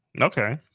Okay